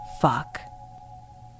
Fuck